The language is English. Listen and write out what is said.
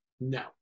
No